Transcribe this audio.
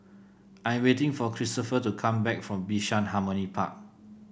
I'm waiting for Christopher to come back from Bishan Harmony Park